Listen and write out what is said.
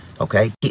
okay